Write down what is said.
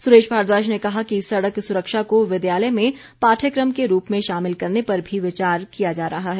सुरेश भारद्वाज ने कहा कि सड़क सुरक्षा को विद्यालय में पाठयक्रम के रूप में शामिल करने पर भी विचार किया जा रहा है